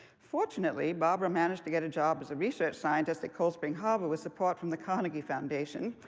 fortunately, barbara managed to get a job as a research scientist at cold spring harbor with support from the carnegie foundation.